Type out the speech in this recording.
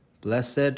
Blessed